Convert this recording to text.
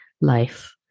Life